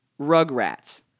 Rugrats